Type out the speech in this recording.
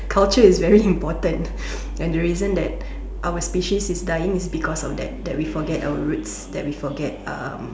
culture is very important and the reason that our species is dying is because of that that we forget our roots that we forget um